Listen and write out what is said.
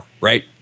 right